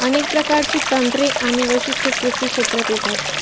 अनेक प्रकारची तंत्रे आणि वैशिष्ट्ये कृषी क्षेत्रात येतात